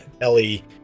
Ellie